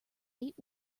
eight